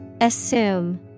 Assume